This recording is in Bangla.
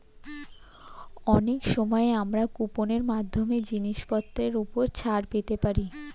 অনেক সময় আমরা কুপন এর মাধ্যমে জিনিসপত্রের উপর ছাড় পেতে পারি